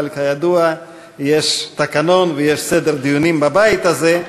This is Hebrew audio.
אבל כידוע יש תקנון ויש סדר דיונים בבית הזה.